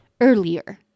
earlier